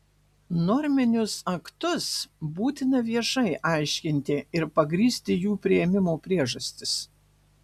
norminius aktus būtina viešai aiškinti ir pagrįsti jų priėmimo priežastis